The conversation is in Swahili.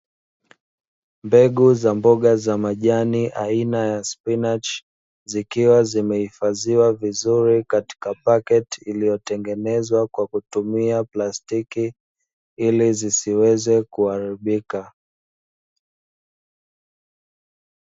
Mbegu za mboga za majani aina ya spinachi, zikiwa zimehifadhiwa vizuri katika paketi iliyotengenezwa kwa kutumia plastiki ili zisiweze kuharibika.